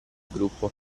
gruppo